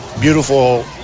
beautiful